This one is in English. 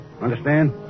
Understand